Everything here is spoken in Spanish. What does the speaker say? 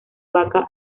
vaca